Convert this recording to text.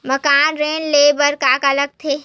मकान ऋण ले बर का का लगथे?